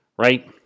right